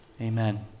Amen